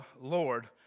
Lord